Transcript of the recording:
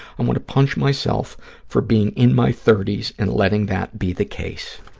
and want to punch myself for being in my thirty s and letting that be the case.